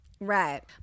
Right